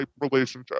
relationship